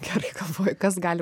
gerai galvoji kas gali